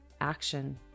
action